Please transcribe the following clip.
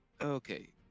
Okay